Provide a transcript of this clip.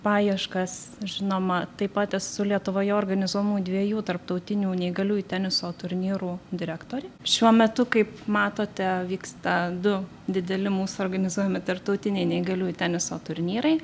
paieškas žinoma taip pat esu lietuvoje organizuojamų dviejų tarptautinių neįgalių teniso turnyrų direktorė šiuo metu kaip matote vyksta du dideli mūsų organizuojami tarptautiniai neįgalių teniso turnyrai